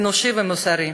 אנושי ומוסרי,